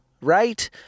Right